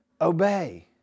Obey